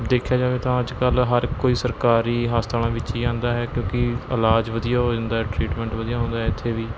ਦੇਖਿਆ ਜਾਵੇ ਤਾਂ ਅੱਜ ਕੱਲ੍ਹ ਹਰ ਕੋਈ ਸਰਕਾਰੀ ਹਸਪਤਾਲਾਂ ਵਿੱਚ ਹੀ ਆਉਂਦਾ ਹੈ ਕਿਉਂਕਿ ਇਲਾਜ ਵਧੀਆ ਹੋ ਜਾਂਦਾ ਹੈ ਟ੍ਰੀਟਮੈਂਟ ਵਧੀਆ ਹੁੰਦਾ ਹੈ ਇੱਥੇ ਵੀ